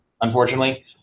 unfortunately